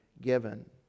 given